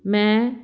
ਮੈਂ